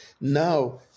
Now